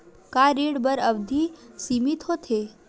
का ऋण बर अवधि सीमित होथे?